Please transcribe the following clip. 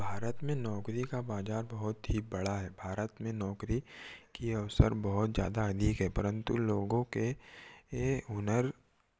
भारत में नौकरी का बाजार बहुत ही बड़ा है भारत में नौकरी की अवसर बहुत ज्यादा अधिक है परंतु लोगों के ये हुनर